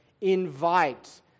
invite